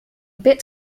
bit